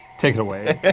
take it away. yeah